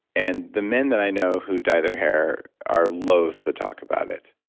and the men that i know who dye their hair are loathe to talk about it.